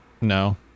No